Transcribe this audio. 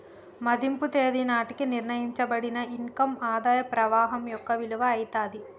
మదింపు తేదీ నాటికి నిర్ణయించబడిన ఇన్ కమ్ ఆదాయ ప్రవాహం యొక్క విలువ అయితాది